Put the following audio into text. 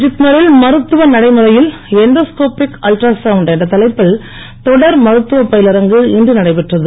ஜிப்மரில் மருத்துவ நடைமுறையில் எண்டோஸ்கோபிக் அல்ட்ராசவுண்ட் என்ற தலைப்பில் தொடர் மருத்துவ பயிலரங்கு இன்று நடைபெற்றது